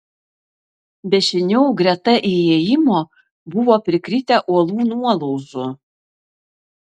dešiniau greta įėjimo buvo prikritę uolų nuolaužų